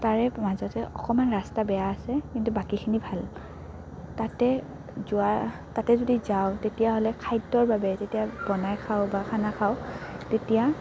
তাৰে মাজতে অকণমান ৰাস্তা বেয়া আছে কিন্তু বাকীখিনি ভাল তাতে যোৱা তাতে যদি যাওঁ তেতিয়াহ'লে খাদ্যৰ বাবে তেতিয়া বনাই খাওঁ বা খানা খাওঁ তেতিয়া